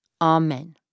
Amen